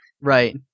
Right